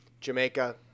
Jamaica